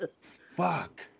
Fuck